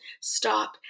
Stop